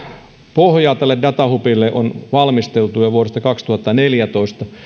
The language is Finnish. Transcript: pohjaa tälle datahubille on valmisteltu jo vuodesta kaksituhattaneljätoista lähtien